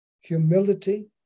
humility